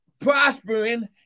prospering